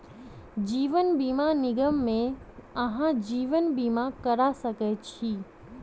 जीवन बीमा निगम मे अहाँ जीवन बीमा करा सकै छी